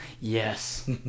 yes